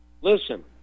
Listen